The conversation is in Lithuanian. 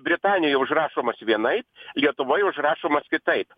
britanijoj užrašomas vienaip lietuvoj užrašomas kitaip